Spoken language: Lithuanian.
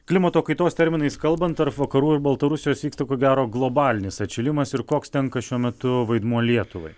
klimato kaitos terminais kalbant tarp vakarų ir baltarusijos vyksta ko gero globalinis atšilimas ir koks tenka šiuo metu vaidmuo lietuvai